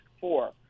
four